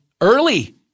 early